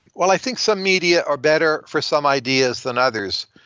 well, i think some media are better for some ideas than others.